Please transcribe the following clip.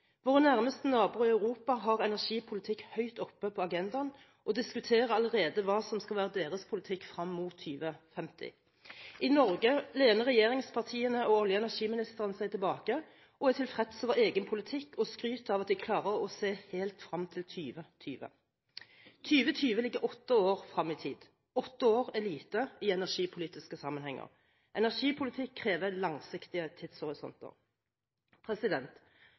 Våre nærmeste naboer i Europa har energipolitikk høyt oppe på agendaen og diskuterer allerede hva som skal være deres politikk frem mot 2050. I Norge lener regjeringspartiene og olje- og energiministeren seg tilbake og er tilfreds over egen politikk, og skryter av at de klarer å se helt frem til 2020. 2020 ligger åtte år frem i tid. Åtte år er lite i energipolitiske sammenhenger. Energipolitikk krever langsiktige tidshorisonter.